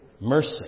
Mercy